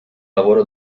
lavoro